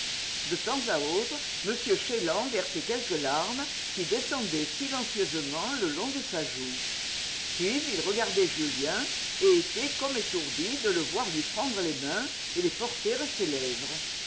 de temps à autre m chélan versait quelques larmes qui descendaient silencieusement le long de sa joue puis il regardait julien et était comme étourdi de le voir lui prendre les mains et les porter à ses lèvres